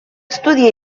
estudiar